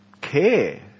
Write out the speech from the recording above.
care